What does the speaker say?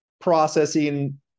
processing